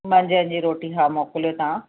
मंझंदि जी रोटी हा मोकिलियो तव्हां